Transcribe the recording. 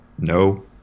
No